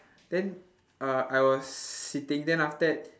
then uh I was sitting then after that